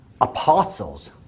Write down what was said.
apostles